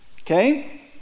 Okay